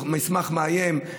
מסמך מאיים.